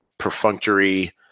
perfunctory